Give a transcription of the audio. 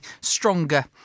stronger